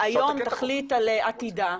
היום תחליט על עתידה,